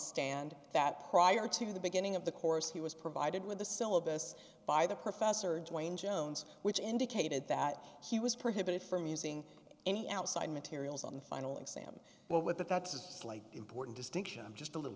and that prior to the beginning of the course he was provided with the syllabus by the professor duane jones which indicated that he was prohibited from using any outside materials on the final exam but with the facts is important distinction i'm just a little